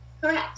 Correct